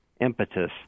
impetus